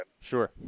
Sure